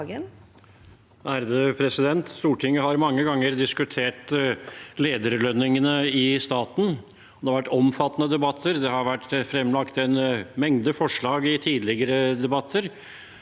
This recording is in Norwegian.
(FrP) Stortinget har man- ge ganger diskutert lederlønningene i staten. Det har vært omfattende debatter, og det har vært fremlagt en mengde forslag i tidligere debatter.